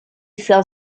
sell